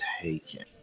taken